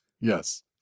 Yes